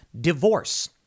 divorce